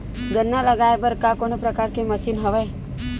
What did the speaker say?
गन्ना लगाये बर का कोनो प्रकार के मशीन हवय?